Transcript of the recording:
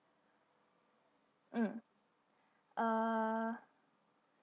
mm uh